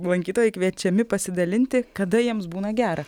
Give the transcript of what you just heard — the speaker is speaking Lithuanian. lankytojai kviečiami pasidalinti kada jiems būna gera